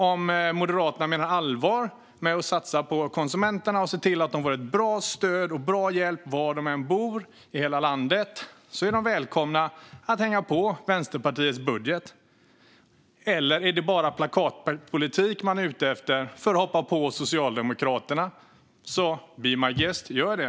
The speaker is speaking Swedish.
Om Moderaterna menar allvar med att satsa på konsumenterna så att de får bra stöd och hjälp var de än bor i hela landet är de välkomna att hänga på Vänsterpartiets budget. Är det bara plakatpolitik man är ute efter, så hoppa på Socialdemokraterna. Be my guest! Gör det.